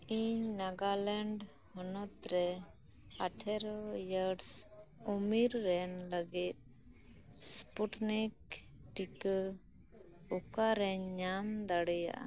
ᱤᱧ ᱱᱟᱜᱟᱞᱮᱱᱰ ᱦᱚᱱᱚᱛ ᱨᱮ ᱟᱴᱷᱮᱨᱚ ᱤᱭᱟᱨᱥ ᱩᱢᱮᱨ ᱨᱮᱱ ᱞᱟᱹᱜᱤᱫ ᱥᱯᱩᱴᱱᱤᱠ ᱴᱤᱠᱟᱹ ᱚᱠᱟᱨᱮᱧ ᱧᱟᱢ ᱫᱟᱲᱮᱭᱟᱜᱼᱟ